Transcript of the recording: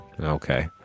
okay